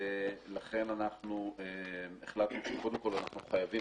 ולכן אנחנו החלטנו שקודם כול אנחנו חייבים